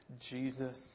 Jesus